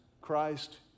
Christ